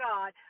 God